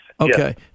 Okay